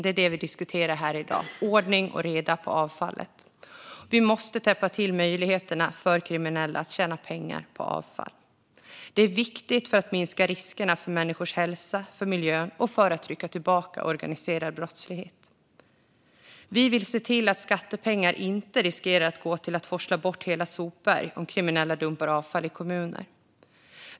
Det är det vi diskuterar här i dag - ordning och reda på avfallet. Vi måste täppa till kryphålen som möjliggör för kriminella att tjäna pengar på avfall. Det är viktigt för att minska riskerna för människors hälsa och för miljön och för att trycka tillbaka den organiserade brottsligheten. Vi vill se till att skattepengar inte går till att forsla bort hela sopberg om kriminella dumpar avfall i kommuner.